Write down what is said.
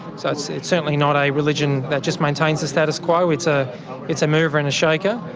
so it's it's certainly not a religion that just maintains a status quo, it's a it's a mover and a shaker.